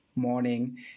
morning